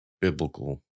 biblical